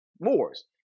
Moors